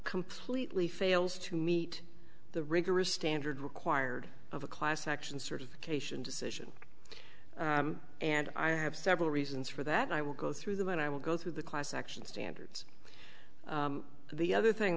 completely fails to meet the rigorous standard required of a class action certification decision and i have several reasons for that i will go through them and i will go through the class action standards the other thing